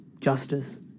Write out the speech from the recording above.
justice